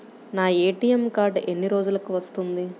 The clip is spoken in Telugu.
నా ఏ.టీ.ఎం కార్డ్ ఎన్ని రోజులకు వస్తుంది?